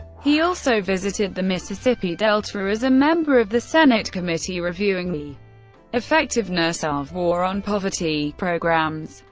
he also visited the mississippi delta as a member of the senate committee reviewing the effectiveness of war on poverty programs,